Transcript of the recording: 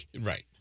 Right